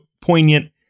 poignant